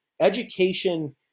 education